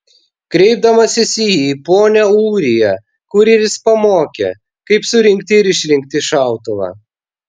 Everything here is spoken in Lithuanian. kreipdamasis į jį pone ūrija kurjeris pamokė kaip surinkti ir išrinkti šautuvą